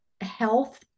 health